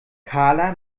karla